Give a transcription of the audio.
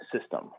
system